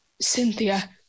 Cynthia